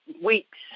weeks